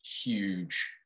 huge